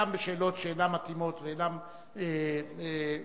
גם בשאלות שאינן מתאימות ואינן נוחות,